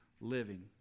living